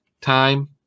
time